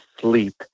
sleep